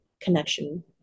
connection